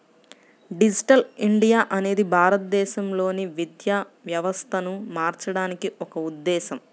digital India అనేది భారతదేశంలోని విద్యా వ్యవస్థను మార్చడానికి ఒక ఉద్ధేశం